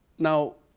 now,